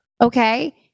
Okay